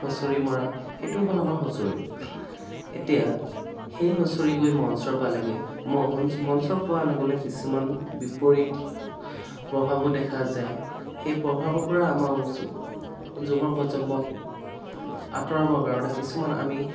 হুঁচৰি মাৰা সেইটো হ'ল আমাৰ হুঁচৰি এতিয়া সেই হুঁচৰি গৈ মঞ্চ পালেগৈ মঞ্চ পোৱাৰ লগে লগে কিছুমান বিপৰীত প্ৰভাৱো দেখা যায় সেই প্ৰভাৱৰ পৰা আমাৰ যুৱ প্ৰজন্মক আঁতৰাবৰ কাৰণে কিছুমান আমি